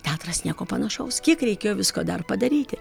teatras nieko panašaus kiek reikėjo visko dar padaryti